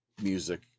music